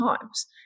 times